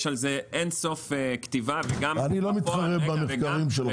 יש על זה אינסוף כתיבה גם- - אני לא מתחברה במחקרים שלכם,